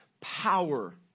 power